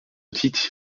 titre